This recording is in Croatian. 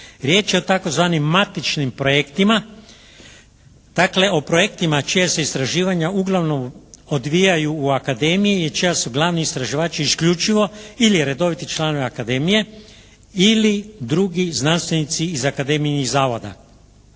Riječ je o tzv. matičnim projektima, dakle o projektima čija se istraživanja uglavnom odvijaju u Akademiji i čija su glavni istraživači isključivo ili je redoviti član Akademije ili drugi znanstvenici iz Akademijinih zavoda